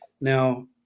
Now